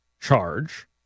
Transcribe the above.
charge